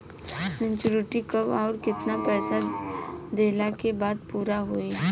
Maturity कब आउर केतना पईसा देहला के बाद पूरा होई?